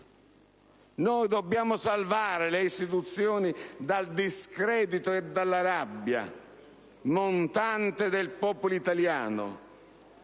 Noi dobbiamo salvare le istituzioni dal discredito e dalla rabbia montante del popolo italiano.